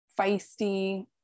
feisty